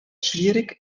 schwierig